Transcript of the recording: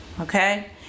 Okay